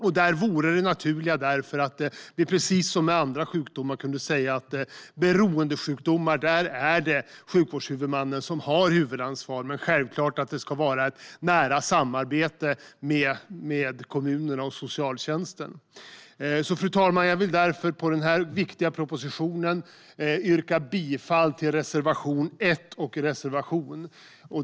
Därför vore det naturligt att, precis som med andra sjukdomar, kunna säga att när det gäller beroendesjukdomar är det sjukvårdshuvudmannen som har huvudansvar. Men det ska självklart vara ett nära samarbete med kommunerna och socialtjänsten. Fru talman! Jag vill därför, när det gäller den här viktiga propositionen, yrka bifall till reservation 1 och reservation 2.